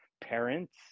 parents